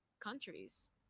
countries